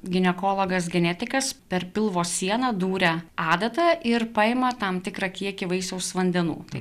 ginekologas genetikas per pilvo sieną duria adata ir paima tam tikrą kiekį vaisiaus vandenų tai